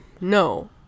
No